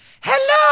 Hello